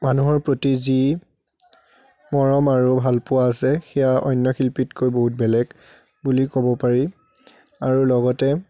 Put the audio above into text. মানুহৰ প্ৰতি যি মৰম আৰু ভালপোৱা আছে সেয়া অন্য শিল্পীতকৈ বহুত বেলেগ বুলি ক'ব পাৰি আৰু লগতে